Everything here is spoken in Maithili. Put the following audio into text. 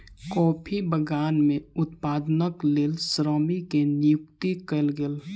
कॉफ़ी बगान में उत्पादनक लेल श्रमिक के नियुक्ति कयल गेल